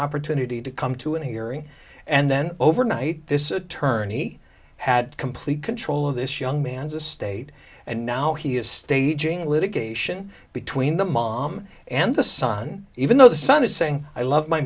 opportunity to come to an hearing and then overnight this attorney had complete control of this young man's estate and now he is staging litigation between the mom and the son even though the son is saying i love my